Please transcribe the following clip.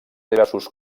diversos